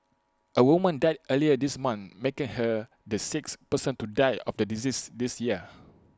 A woman died earlier this month making her the sixth person to die of the disease this year